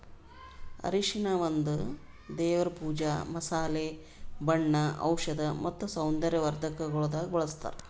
ಅರಿಶಿನ ಒಂದ್ ದೇವರ್ ಪೂಜಾ, ಮಸಾಲೆ, ಬಣ್ಣ, ಔಷಧ್ ಮತ್ತ ಸೌಂದರ್ಯ ವರ್ಧಕಗೊಳ್ದಾಗ್ ಬಳ್ಸತಾರ್